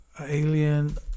Alien